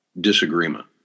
disagreement